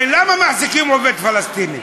הרי למה מחזיקים עובד פלסטיני?